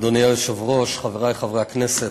אדוני היושב-ראש, חברי חברי הכנסת,